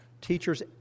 Teachers